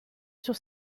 sur